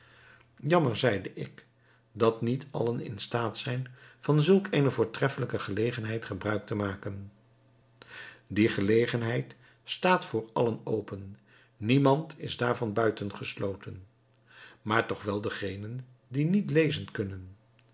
jammer zeide ik dat niet allen in staat zijn van zulk eene voortreffelijke gelegenheid gebruik te maken die gelegenheid staat voor allen open niemand is daarvan buitengesloten maar toch wel degenen die niet lezen kunnen